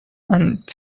and